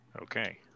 Okay